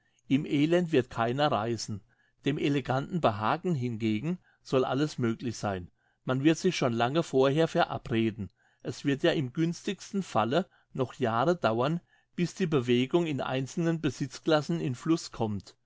im elend wird keiner reisen dem eleganten behagen hingegen soll alles möglich sein man wird sich schon lange vorher verabreden es wird ja im günstigsten falle noch jahre dauern bis die bewegung in einzelnen besitzclassen in fluss kommt